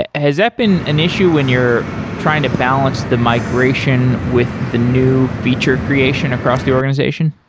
ah has that been an issue when you're trying to balance the migration with the new feature creation across the organization?